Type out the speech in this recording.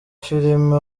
filime